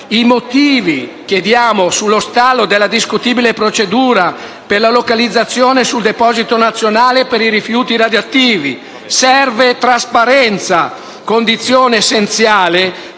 i motivi dello stallo della discutibile procedura per la localizzazione del deposito nazionale dei rifiuti radioattivi. Serve trasparenza, condizione essenziale